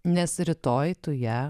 nes rytoj tu ją